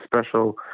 special